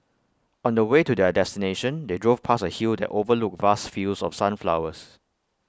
on the way to their destination they drove past A hill that overlooked vast fields of sunflowers